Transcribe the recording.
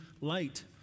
light